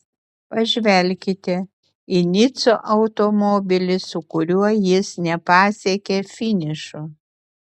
pažvelkite į nico automobilį su kuriuo jis nepasiekė finišo